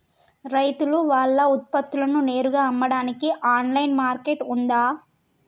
రైతులు వాళ్ల ఉత్పత్తులను నేరుగా అమ్మడానికి ఆన్లైన్ మార్కెట్ ఉందా?